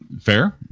Fair